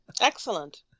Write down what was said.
excellent